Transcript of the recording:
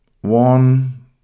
one